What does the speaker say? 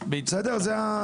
כן.